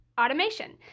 automation